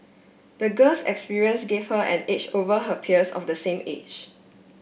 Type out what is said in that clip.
the girl's experiences gave her an edge over her peers of the same age